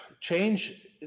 Change